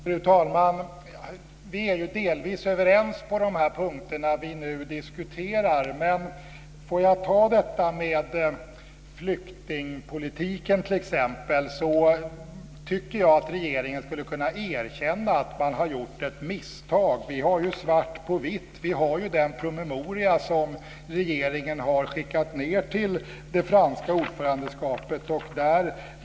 Fru talman! Vi är delvis överens på de punkter vi nu diskuterar. Men låt mig t.ex. ta detta med flyktingpolitiken. Jag tycker att regeringen skulle kunna erkänna att man har gjort ett misstag. Vi har ju svart på vitt. Vi har den promemoria som regeringen har skickat till det franska ordförandeskapet.